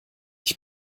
ich